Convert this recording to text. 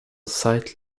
site